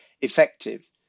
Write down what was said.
effective